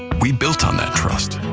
we built on that trust.